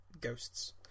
ghosts